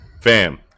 Fam